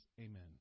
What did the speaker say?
Amen